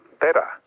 better